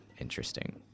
interesting